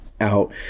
out